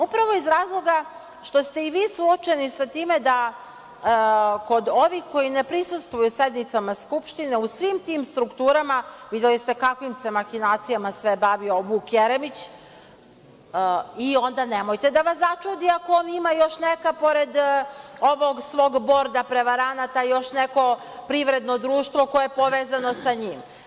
Upravo iz razloga što ste i vi suočeni sa time da kod ovih koji ne prisustvuju sednicama Skupštine u svim tim strukturama, video je sa kakvim se mahinacijama sve bavio Vuk Jeremić, i onda nemojte da vas začudi ako on ima još neka, pored ovog svog borda prevaranata, još neko privredno društvo koje je povezano sa njim.